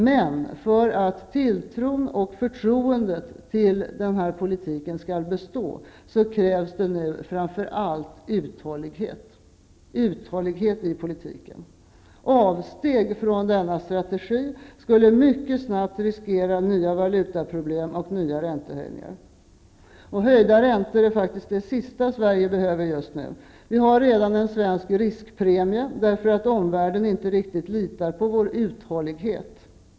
Men för att tilltron till och förtroendet för denna politik skall bestå krävs nu framför allt uthållighet i politiken. Avsteg från denna strategi skulle mycket snabbt riskera nya valutaproblem och nya räntehöjningar. Höjda räntor är faktiskt det sista Sverige behöver nu. Vi har redan en svensk riskpremie därför att omvärlden inte riktigt litar på vår uthållighet.